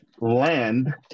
land